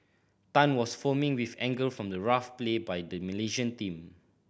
Tan was foaming with anger from the rough play by the Malaysian team